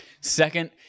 Second